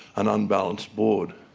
an unbalanced board.